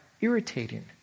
irritating